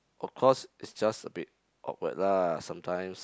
of course it's just a bit awkward lah sometimes